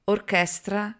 Orchestra